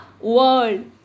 world